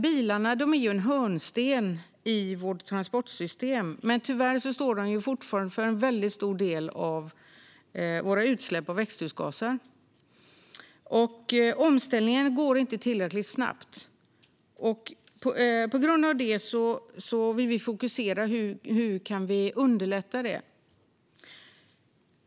Bilarna är en hörnsten i vårt transportsystem, men tyvärr står de fortfarande för en stor del av utsläppen av växthusgaser. Omställningen går inte tillräckligt snabbt. På grund av det vill vi fokusera på hur omställningen kan underlättas.